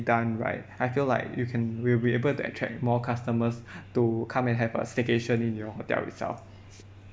done right I feel like you can will be able to attract more customers to come and have a staycation in your hotel itself